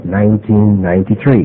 1993